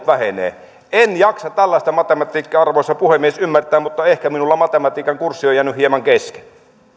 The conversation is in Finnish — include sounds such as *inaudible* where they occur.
*unintelligible* vähenevät en jaksa tällaista matematiikkaa arvoisa puhemies ymmärtää mutta ehkä minulla matematiikan kurssi on jäänyt hieman kesken